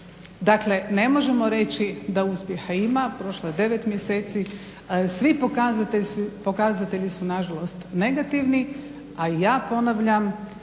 Dakle ne možemo reći da uspjeha ima, prošlo je 9 mjeseci, svi pokazatelji su nažalost negativni. A ja ponavljam,